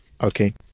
okay